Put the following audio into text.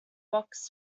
box